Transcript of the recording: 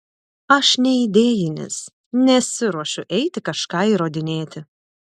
aš neidėjinis nesiruošiu eiti kažką įrodinėti